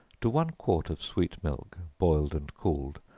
to one quart of sweet milk, boiled and cooled,